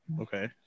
okay